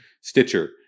stitcher